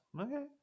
okay